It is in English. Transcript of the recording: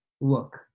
look